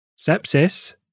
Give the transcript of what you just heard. Sepsis